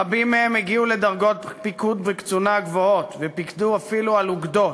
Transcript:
רבים מהם הגיעו לדרגות פיקוד וקצונה גבוהות ופיקדו אפילו על אוגדות,